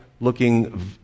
looking